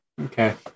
Okay